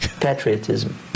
patriotism